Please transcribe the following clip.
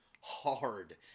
hard